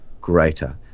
greater